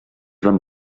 van